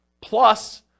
plus